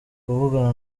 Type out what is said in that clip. kuvugana